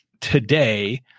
today